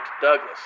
Douglas